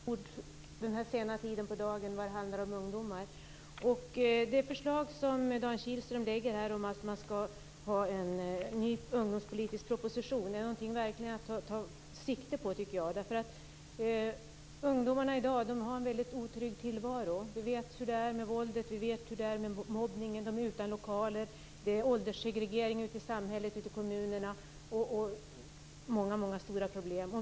Fru talman! Det är mycket upplyftande att höra så många fina ord vid den här sena tiden på dagen när det gäller ungdomar. Det förslag som Dan Kihlström här lägger fram om att man skall ha en ny ungdomspolitisk proposition är verkligen någonting att ta sikte på, tycker jag. Ungdomarna i dag har en väldigt otrygg tillvaro. Vi vet hur det är med våld och mobbning. Ungdomarna är utan lokaler. Det är ålderssegregering ute i samhället och kommunerna. Det är många stora problem.